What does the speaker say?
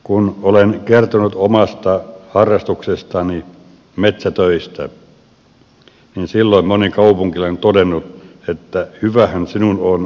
kun olen kertonut omasta harrastuksestani metsätöistä niin silloin moni kaupunkilainen on todennut että hyvähän sinun on kun sinulla on metsää